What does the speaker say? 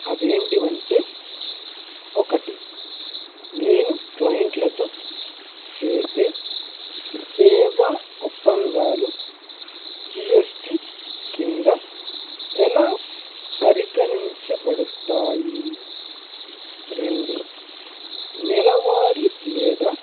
అది ఏంటంటే ఒకటి నేను క్లైంట్లతో చేసే సేవా ఒప్పందాలు జిఎస్టీ కింద ఎలా పరిగణించబడుతాయి రెండు నెలవారీ లేదా